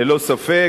ללא ספק,